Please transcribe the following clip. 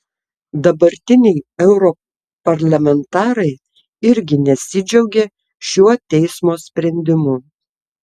dabartiniai europarlamentarai irgi nesidžiaugė šiuo teismo sprendimu